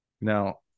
Now